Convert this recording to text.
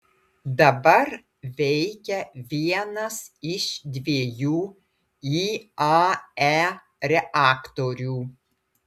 dabar veikia vienas iš dviejų iae reaktorių